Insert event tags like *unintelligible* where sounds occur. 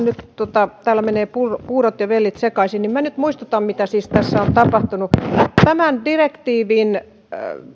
*unintelligible* nyt täällä menevät puurot ja vellit sekaisin niin nyt muistutan mitä tässä on tapahtunut tämän direktiivin